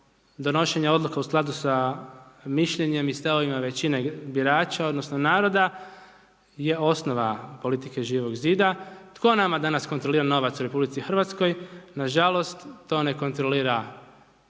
donošenje odluka u skladu sa mišljenjem i stavovima većine birača, odnosno, naroda, je osnova politike Živog zida. Tko nama danas kontrolira novac RH? Nažalost to ne kontrolira niti